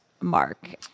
mark